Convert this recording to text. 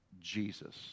Jesus